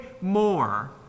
more